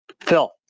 Phil